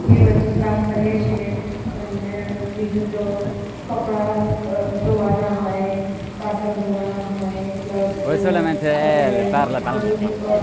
એ બધું કામ કરીએ છીએ અને બીજું તો કપડાં ધોવાના હોય વાસણ ધોવાના હોય પ્લસ તમે બધું